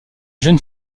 jeune